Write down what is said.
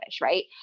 right